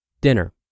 Dinner